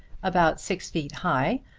about six feet high,